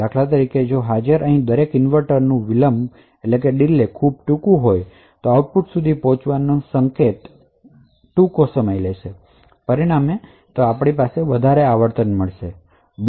ઉદાહરણ તરીકે જો હાજર દરેક ઇન્વર્ટરનું ડીલે ખૂબ ટૂંકું હોય તો આઉટપુટ સુધી પહોંચવામાં સિગ્નલ ટૂંકા સમય લેશે અને પરિણામે તમને વધારે આવર્તન મળશે